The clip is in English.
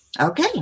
Okay